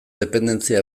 dependentzia